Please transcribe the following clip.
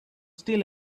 still